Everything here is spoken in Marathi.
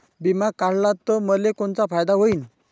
बिमा काढला त मले कोनचा फायदा होईन?